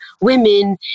women